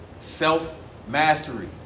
Self-mastery